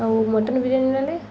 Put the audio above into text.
ଆଉ ମଟନ୍ ବିରିୟାନୀ ନହେଲେ